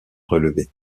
relevés